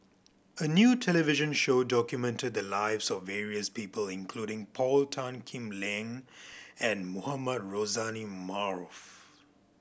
a new television show documented the lives of various people including Paul Tan Kim Liang and Mohamed Rozani Maarof